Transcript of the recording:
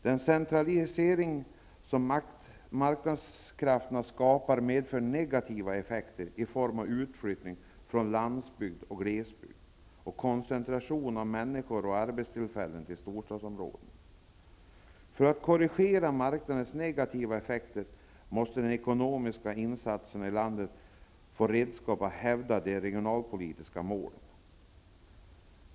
Den centralisering som marknadskrafterna skapar ger negativa effekter i form av en utflyttning från landsbygd och glesbygd samt en koncentration av människor och arbetstillfällen till storstadsområdena. För att åstadkomma en korrigering beträffande marknadens negativa effekter måste de ekonomiska instanserna i landet få redskap för att hävda de regionalpolitiska målen.